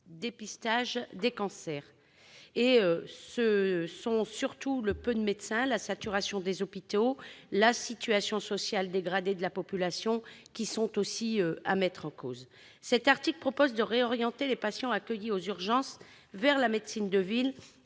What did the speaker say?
dépistages des cancers. Le peu de médecins, la saturation des hôpitaux, la situation sociale dégradée de la population sont surtout à mettre en cause. Cet article propose de réorienter les patients accueillis aux urgences vers la médecine de ville